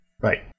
right